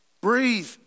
Breathe